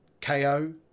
KO